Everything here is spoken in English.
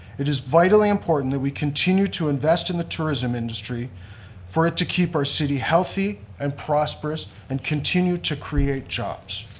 it is vitally important that we continue to invest in the tourism industry for it to keep our city healthy and prosperous and continue to create jobs.